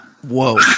Whoa